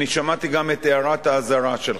אני שמעתי גם את הערת האזהרה שלך,